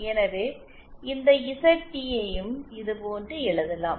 எனவே இந்த ZT யையும் இதுபோன்று எழுதலாம்